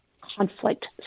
conflict